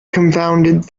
confounded